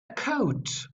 code